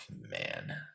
man